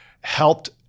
helped